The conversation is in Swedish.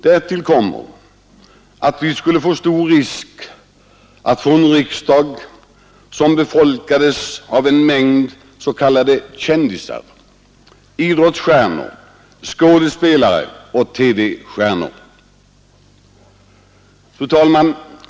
Därtill kommer att vi då skulle löpa stor risk att få en riksdag befolkad av en mängd s.k. kändisar, dvs. idrottsstjärnor, skådespelare och TV-människor.